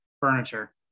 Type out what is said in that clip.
Furniture